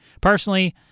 personally